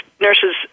nurses